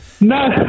No